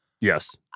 Yes